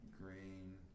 green